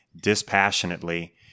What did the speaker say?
dispassionately